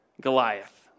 Goliath